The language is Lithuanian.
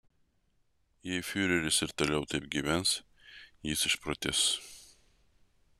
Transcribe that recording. jei fiureris ir toliau taip gyvens jis išprotės